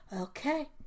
Okay